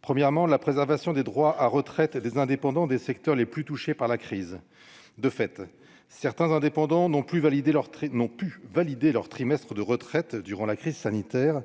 premièrement, la préservation des droits à la retraite des indépendants travaillant dans les secteurs les plus touchés par la crise. Ainsi, certains d'entre eux n'ont pu valider leurs trimestres de retraite durant la crise sanitaire